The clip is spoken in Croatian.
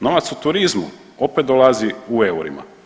Novac u turizmu opet dolazi u eurima.